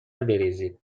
بریزید